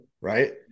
right